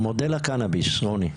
מודל הקנאביס, רוני.